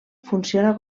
funciona